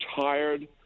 tired